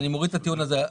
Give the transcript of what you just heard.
אז אני מוריד את הטיעון הזה.